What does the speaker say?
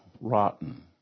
rotten